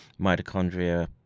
mitochondria